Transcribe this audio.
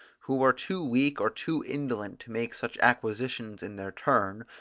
who were too weak or too indolent to make such acquisitions in their turn,